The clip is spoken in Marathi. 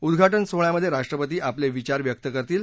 उद्वाटन सोहळ्यामध्ये राष्ट्रपती आपले विचार व्यक्त करतील